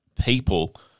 people